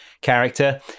character